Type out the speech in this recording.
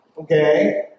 okay